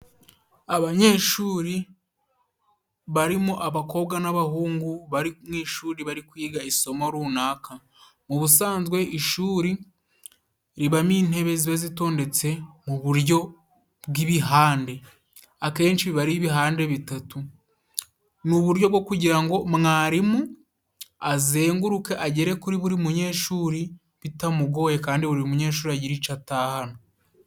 Abanyeshuri barimo abakobwa n'abahungu bari ku ishuri bari kwiga isomo runaka ubusanzwe ishuri ribamo intebe zitondetse muburyo bw'ibihande akenshi biba ar' ibihande bitatu ni uburyo bwo kugira ngo mwarimu azenguruke agere kuri buri munyeshuri bitamugoye kandi buri munyeshuri agira icyo atahana.